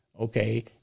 Okay